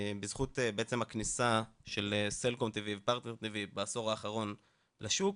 בעצם בזכות הכניסה של סלקום TV ופרטנר TV בעשור האחרון לשוק,